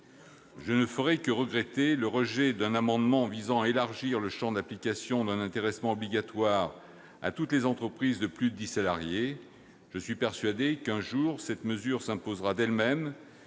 Je ne ferai que regretter le rejet d'un amendement visant à élargir le champ d'application de l'intéressement obligatoire à toutes les entreprises de plus de dix salariés. Je suis persuadé qu'un jour cette mesure s'imposera d'elle-même,